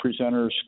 presenters